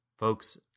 Folks